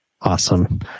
Awesome